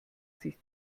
sich